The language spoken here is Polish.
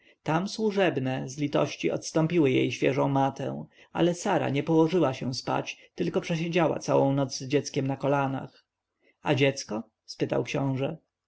tam służebne z litości odstąpiły jej świeżą matę ale sara nie położyła się spać tylko przesiedziała całą noc z dzieckiem na kolanach a dziecko spytał książę